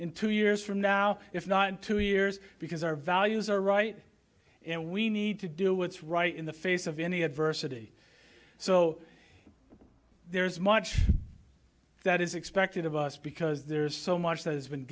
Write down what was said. in two years from now if not in two years because our values are right and we need to do what's right in the face of any adversity so there's much that is expected of us because there's so much that has been